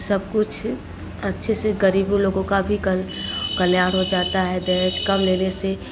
सब कुछ अच्छे से गरीब लोगों का भी कल्याण हो जाता है दहेज कम लेने से